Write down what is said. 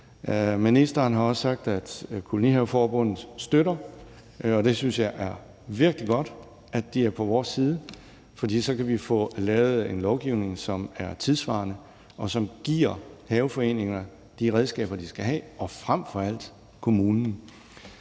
Ministeren har også sagt, at Kolonihaveforbundet støtter sagen, og jeg synes, det er virkelig godt, at de er på vores side. For så kan vi få lavet en lovgivning, som er tidssvarende, og som giver haveforeningerne – og frem for alt kommunerne